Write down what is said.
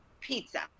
pizza